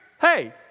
Hey